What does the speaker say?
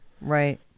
Right